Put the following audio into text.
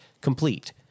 complete